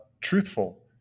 truthful